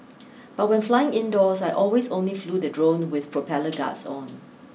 but when flying indoors I always only flew the drone with propeller guards on